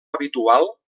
habitual